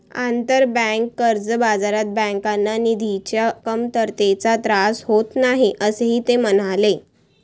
आंतरबँक कर्ज बाजारात बँकांना निधीच्या कमतरतेचा त्रास होत नाही, असेही ते म्हणाले